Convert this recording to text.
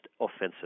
offensive